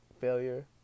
failure